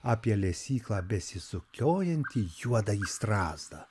apie lesyklą besisukiojantį juodąjį strazdą